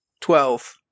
Twelve